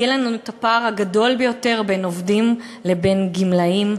יהיה לנו הפער הגדול ביותר בין עובדים לבין גמלאים,